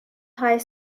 high